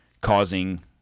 Causing